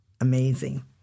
amazing